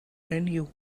ernie